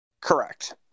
Correct